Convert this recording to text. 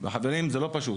וחברים זה לא פשוט.